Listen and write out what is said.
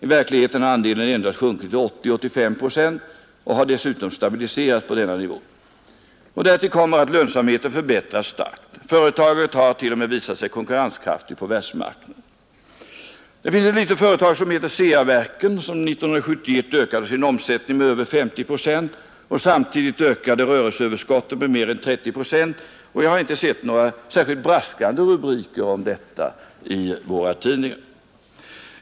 I verkligheten har marknadsandelen endast sjunkit till ca 80—85 procent och har dessutom stabiliserats på denna nivå. Till detta kommer att lönsamheten förbättrats starkt.” Företaget har t.o.m., heter det vidare, ”visat sig vara konkurrenskraftigt på världsmarknaden”. Det finns ett litet företag som heter CEA-verken, som 1971 ökade sin omsättning med över 50 procent och samtidigt ökade rörelseöverskottet med mer än 30 procent. Jag har inte sett några särskilt braskande rubriker om detta i våra tidningar.